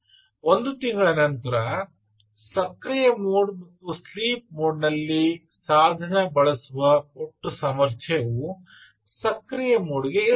ಒಂದು ತಿಂಗಳ ನಂತರ ಸಕ್ರಿಯ ಮೋಡ್ ಮತ್ತು ಸ್ಲೀಪ್ ಮೋಡ್ ನಲ್ಲಿ ಸಾಧನ ಬಳಸುವ ಒಟ್ಟು ಸಾಮರ್ಥ್ಯವು ಸಕ್ರಿಯ ಮೋಡ್ ಗೆ ಇರುತ್ತದೆ